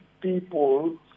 people